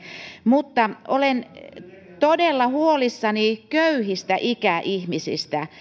mutta olen todella huolissani köyhistä ikäihmisistä